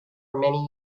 many